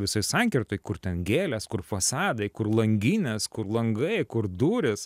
visoj sankirtoj kur ten gėles kur fasadai kur langinės kur langai kur durys